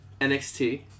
nxt